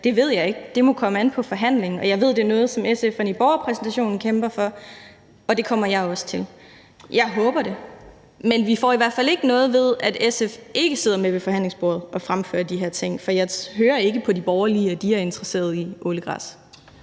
ved jeg ikke. Det må komme an på forhandlingen. Jeg ved, det er noget, som SF'erne i Borgerrepræsentationen kæmper for, og det kommer jeg også til. Jeg håber det. Men vi får i hvert fald ikke noget ved, at SF ikke sidder med ved forhandlingsbordet og fremfører de her ting. For jeg hører ikke på de borgerlige, at de er interesseret i ålegræs.